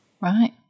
Right